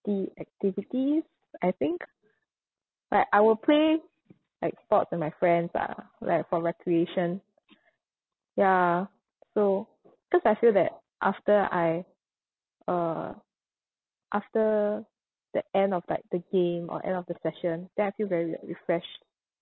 sporty activities I think but I will play like sports with my friends lah like for recreation ya so cause I feel that after I uh after the end of like the game or end of the session then I feel very re~ refreshed